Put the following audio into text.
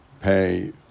pay